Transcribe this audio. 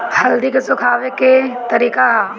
हल्दी के सुखावे के का तरीका ह?